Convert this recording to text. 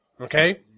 Okay